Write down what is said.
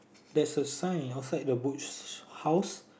there's a sign outside the Butch House